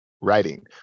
writing